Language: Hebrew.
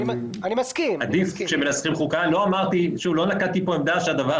אבל כפי שעמדתי אתמול בדברים שלי,